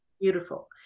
Beautiful